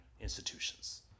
institutions